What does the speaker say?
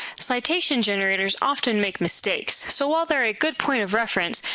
citation generators often make mistakes, so while they're a good point of reference,